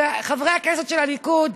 חברי הכנסת של הליכוד,